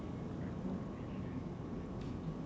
um